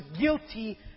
guilty